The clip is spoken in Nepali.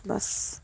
बस